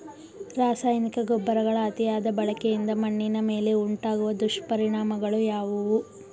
ರಾಸಾಯನಿಕ ಗೊಬ್ಬರಗಳ ಅತಿಯಾದ ಬಳಕೆಯಿಂದ ಮಣ್ಣಿನ ಮೇಲೆ ಉಂಟಾಗುವ ದುಷ್ಪರಿಣಾಮಗಳು ಯಾವುವು?